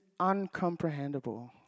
uncomprehendable